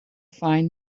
find